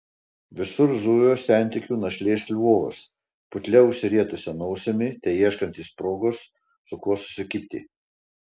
visur zujo sentikių našlės lvovas putlia užsirietusia nosimi teieškantis progos su kuo susikibti